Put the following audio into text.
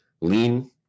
lean